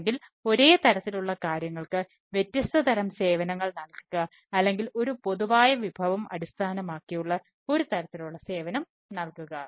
അല്ലെങ്കിൽ ഒരേ തരത്തിലുള്ള കാര്യങ്ങൾക്ക് വ്യത്യസ്ത തരം സേവനങ്ങൾ നൽകുക അല്ലെങ്കിൽ ഒരു പൊതുവായ വിഭവം അടിസ്ഥാനമാക്കിയുള്ള ഒരു തരത്തിലുള്ള സേവനം നൽകുക